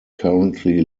currently